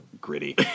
gritty